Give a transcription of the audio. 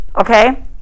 Okay